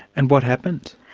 and what happened?